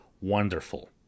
Wonderful